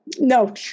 no